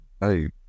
Hey